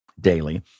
daily